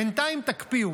בינתיים תקפיאו,